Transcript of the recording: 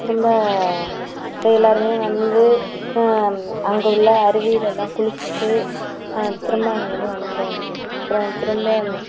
திரும்ப அப்படியே எல்லாருமே வந்து அங்கே உள்ள அருவியில எல்லாம் குளிச்சிவிட்டு திரும்ப அங்கே இருந்து வந்தோம் அப்புறம் திரும்ப